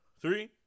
three